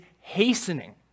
hastening